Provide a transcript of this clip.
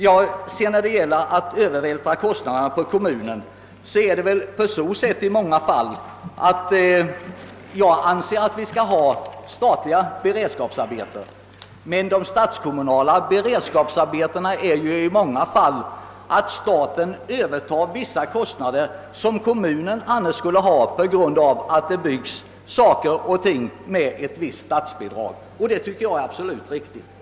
Vad beträffar frågan till mig, om jag anser att kostnaderna skall övervältras på kommunerna, vill jag säga att jag anser att vi skall ha statliga beredskapsarbeten. Men de statskommunala beredskapsarbetena innebär ju i många fall att staten övertar vissa kostnader som kommunerna annars skulle ha på grund av att vissa för kommunen angelägna byggnadsprojekt byggs med statsbidrag. Det tycker jag är absolut riktigt.